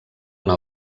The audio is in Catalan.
una